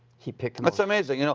he picked. that's amazing, you know.